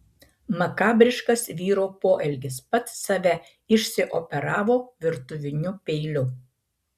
makabriškas vyro poelgis pats save išsioperavo virtuviniu peiliu